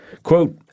Quote